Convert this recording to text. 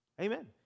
Amen